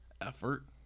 effort